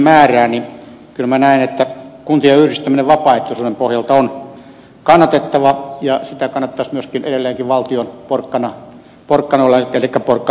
kyllä minä näen että kuntien yhdistäminen vapaaehtoisuuden pohjalta on kannatettavaa ja sitä kannattaisi myöskin edelleenkin valtion porkkanarahoilla tukea